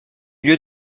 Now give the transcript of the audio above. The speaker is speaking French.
lieu